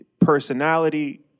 personality